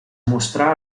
mostrà